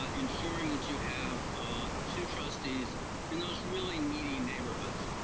ah ensuring that you have two trustees in those really needy neighborhoods.